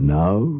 now